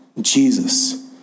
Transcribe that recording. Jesus